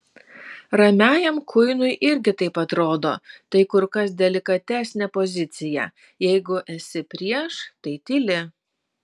ramiajam kuinui irgi taip atrodo tai kur kas delikatesnė pozicija jeigu esi prieš tai tyli